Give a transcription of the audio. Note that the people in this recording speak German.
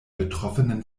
betroffenen